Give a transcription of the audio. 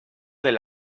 del